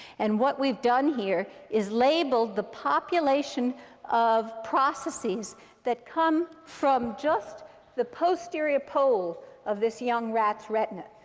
and what we've done here is labeled the population of processes that come from just the posterior pole of this young rat's retina.